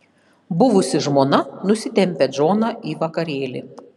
buvusi žmona nusitempia džoną į vakarėlį